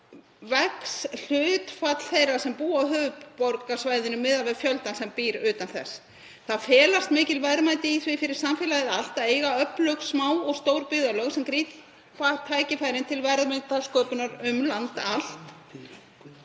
eykst hlutfall þeirra sem búa á höfuðborgarsvæðinu miðað við fjöldann sem býr utan þess. Það felast mikil verðmæti í því fyrir samfélagið allt að eiga öflug smá og stór byggðarlög sem grípa tækifærin til verðmætasköpunar um land allt.